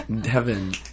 Devin